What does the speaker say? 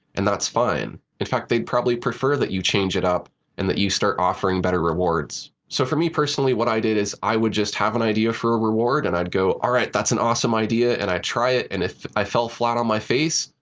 and that's fine. in fact, they'd probably prefer that you change it up and that you start offering better rewards. so for me personally, what i did is i would just have an idea for a reward and i'd go, alright, that's an awesome idea, and i try it, and if i fell flat on my face,